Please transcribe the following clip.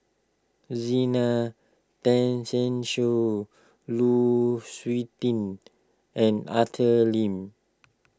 Zena Tessensohn Lu Suitin and Arthur Lim